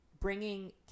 bringing